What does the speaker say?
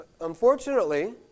unfortunately